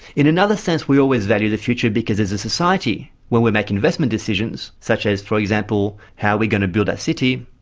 in another sense we always value the future because as a society when we make investment decisions such as, for example, how we are going to build a city,